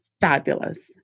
fabulous